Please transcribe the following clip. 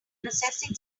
processing